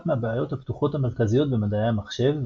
מהבעיות הפתוחות המרכזיות במדעי המחשב,